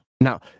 Now